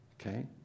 Okay